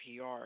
PR